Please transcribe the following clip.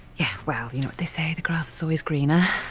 yeah, well, you know what they say, the grass is always greener.